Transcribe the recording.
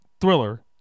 Thriller